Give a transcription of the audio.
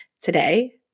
today